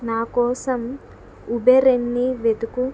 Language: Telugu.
నాకోసం ఉబెర్ని వెతుకు